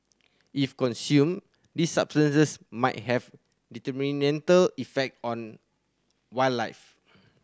if consumed these substances might have detrimental effect on wildlife